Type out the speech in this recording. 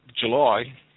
July